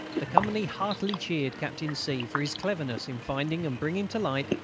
the company heartily cheered captain c. for his cleverness in finding and bringing to light,